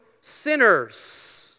sinners